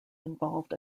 involve